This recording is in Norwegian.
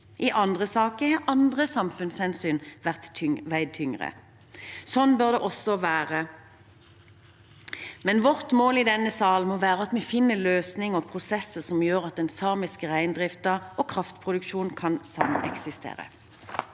I andre saker har andre samfunnshensyn veid tyngre. Slik bør det også være, men vårt mål i denne sal må være at vi finner løsninger og prosesser som gjør at den samiske reindriften og kraftproduksjon kan sameksistere.